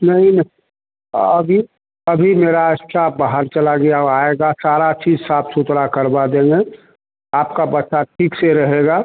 नहीं नहीं अभी अभी मेरा इस्टाफ बाहर चला गया वह आएगा सारी चीज़ साफ़ सुथरा करवा देंगे आपका बच्चा ठीक से रहेगा